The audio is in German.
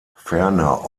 ferner